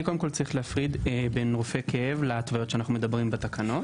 שצריך להפריד בין רופא כאב להתוויות שאנחנו מדברים בתקנות.